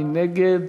מי נגד?